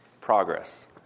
progress